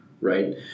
right